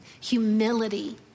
Humility